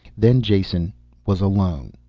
then jason was alone.